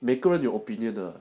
我个人我是觉得